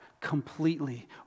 completely